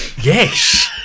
yes